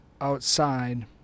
outside